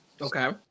Okay